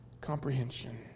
comprehension